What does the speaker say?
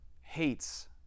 hates